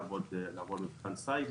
לעבור מבחן ציד,